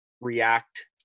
react